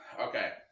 Okay